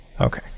Okay